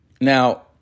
Now